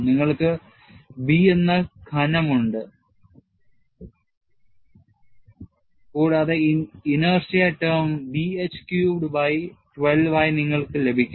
നിങ്ങൾക്ക് B എന്ന കനം ഉണ്ട് കൂടാതെ inertia term B h cubed by 12 ആയി നിങ്ങൾക്ക് ലഭിക്കും